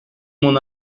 mon